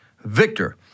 Victor